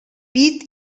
pit